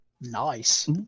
nice